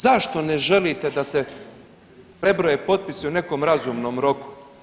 Zašto ne želite da se prebroje potpisi u nekom razumnom roku?